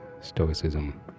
stoicism